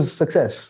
success